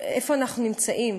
איפה אנחנו נמצאים.